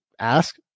Ask